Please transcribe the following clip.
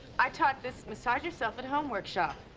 i taught this massage yourself at home workshop.